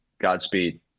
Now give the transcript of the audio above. Godspeed